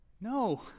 No